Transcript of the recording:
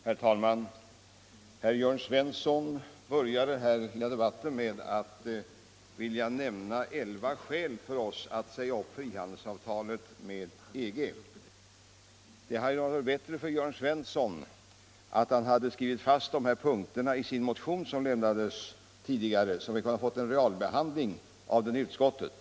Herr talman! Herr Svensson i Malmö inledde debatten med att nämna elva skäl för oss att säga upp frihandelsavtalet med EG. Det hade varit bättre för herr Svensson om han skrivit in dessa punkter i vpk:s motion, så att vi hade kunnat få en realbehandling av dem i utskottet.